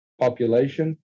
population